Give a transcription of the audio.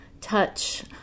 touch